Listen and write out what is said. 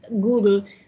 google